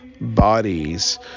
bodies